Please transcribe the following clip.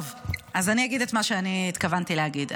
טוב, אז אני אגיד את מה שאני התכוונתי להגיד.